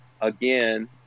again